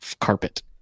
carpet